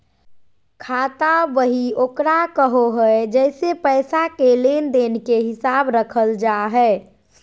खाता बही ओकरा कहो हइ जेसे पैसा के लेन देन के हिसाब रखल जा हइ